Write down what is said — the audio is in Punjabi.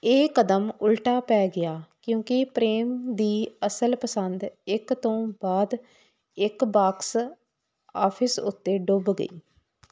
ਇਹ ਕਦਮ ਉਲਟਾ ਪੈ ਗਿਆ ਕਿਉਂਕਿ ਪ੍ਰੇਮ ਦੀ ਅਸਲ ਪਸੰਦ ਇੱਕ ਤੋਂ ਬਾਅਦ ਇੱਕ ਬਾਕਸ ਆਫਿਸ ਉੱਤੇ ਡੁੱਬ ਗਈ